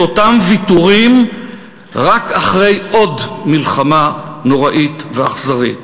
אותם ויתורים רק אחרי עוד מלחמה נוראית ואכזרית,